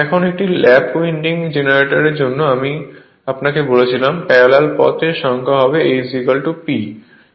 এখন একটি lap winding জেনারেটরের জন্য আমি আপনাকে বলেছিলাম প্যারালাল পাথ এর সংখ্যা হবে A P